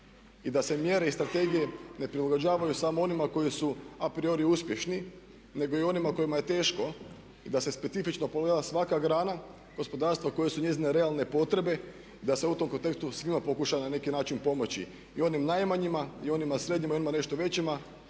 i da se mjere iz strategije ne prilagođavaju samo onima koji su a priori uspješni nego i onima kojima je teško. I da se specifično pogleda svaka grana gospodarstva, koje su njezine realne potrebe. Da se u tom kontekstu svima pokuša na neki način pomoći. I onim najmanjima, i onima srednjima i onima nešto većima.